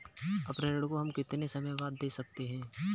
अपने ऋण को हम कितने समय बाद दे सकते हैं?